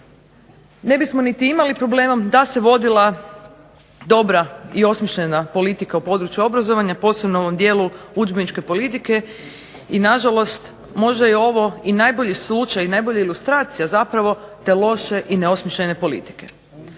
ne bismo niti imali problema da se vodila dobra i osmišljena politika u području obrazovanja posebno u ovom dijelu udžbeničke politike i na žalost možda je ovo i najbolji slučaj ili najbolja ilustracija te na žalost loše i neosmišljene politike.